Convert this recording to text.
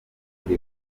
kuri